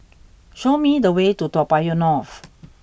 show me the way to Toa Payoh North